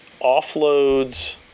offloads